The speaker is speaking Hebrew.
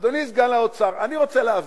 אדוני סגן שר האוצר, אני רוצה להבין,